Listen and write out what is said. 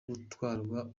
gutwarwa